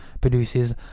produces